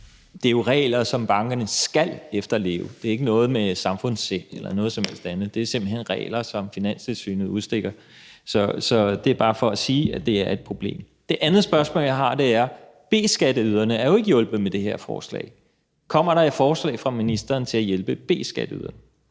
Det er jo regler, som bankerne skal efterleve. Det har ikke noget med samfundssind eller noget som helst andet at gøre. Det er simpelt hen regler, som Finanstilsynet udstikker. Det er bare for at sige, at det er et problem. Det andet spørgsmål, jeg har, er om B-skatteyderne, som jo ikke er hjulpet med det her forslag. Kommer der et forslag fra ministeren til at hjælpe B-skatteyderne?